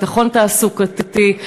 ביטחון תעסוקתי,